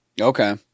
Okay